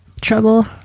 trouble